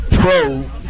pro-